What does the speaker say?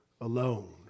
alone